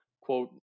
quote